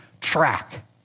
track